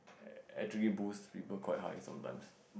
actually boost people quite high sometimes